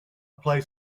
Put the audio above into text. play